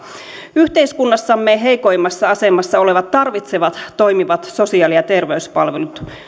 yhteiskunnassamme heikoimmassa asemassa olevat tarvitsevat toimivat sosiaali ja terveyspalvelut